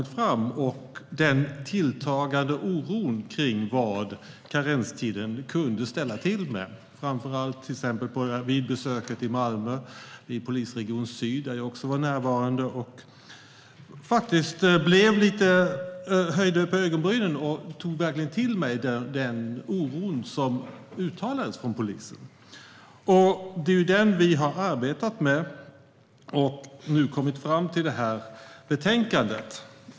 Det handlar också om den tilltagande oron för vad karenstiden kunde ställa till med. Det gällde till exempel besöket i Malmö och Polisregion Syd, där också jag var närvarande. Jag höjde då lite på ögonbrynen och tog verkligen till mig den oro som uttalades från polisen. Det är denna oro vi har arbetat med, och nu har vi kommit fram till detta betänkande.